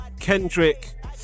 Kendrick